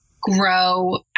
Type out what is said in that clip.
grow